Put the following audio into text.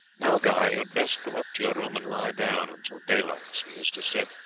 now, guy, you had best go up to your room and lie down until daylight, sir eustace said.